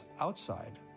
outside